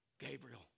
Gabriel